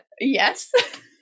Yes